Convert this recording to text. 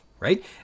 right